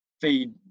feed